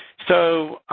so,